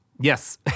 Yes